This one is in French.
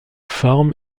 forme